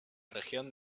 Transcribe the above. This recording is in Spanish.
región